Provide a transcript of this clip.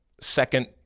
second